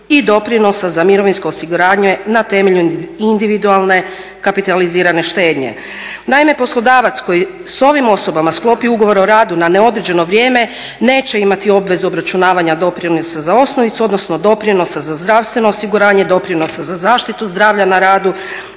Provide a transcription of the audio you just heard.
i doprinosa za mirovinsko osiguranje na temelju individualne kapitalizirane štednje. Naime, poslodavac koji s ovim osobama sklopi ugovor o radu na neodređeno vrijeme neće imati obvezu obračunavanja doprinosa za osnovicu, odnosno doprinos za zdravstveno osiguranje, doprinos za zaštitu zdravlja na radu